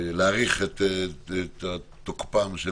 להאריך את תוקפן של